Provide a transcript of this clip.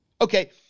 Okay